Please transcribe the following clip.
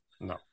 no